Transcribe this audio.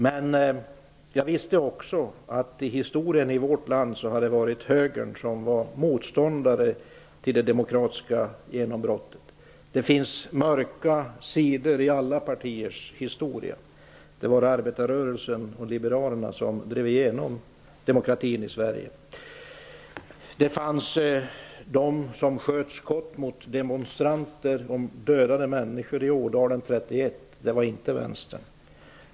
Men jag visste också att i vårt lands historia har det varit högern som varit motståndare till det demokratiska genombrottet. Det finns mörka sidor i alla partiers historia. Det var arbetarrörelsen och liberalerna som drev igenom demokratin i Sverige. Det fanns de som sköt skott mot demonstranter och dödade människor i Ådalen 1931. Det var inte vänstern.